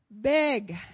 Big